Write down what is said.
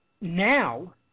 now